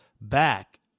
back